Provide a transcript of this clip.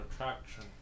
attraction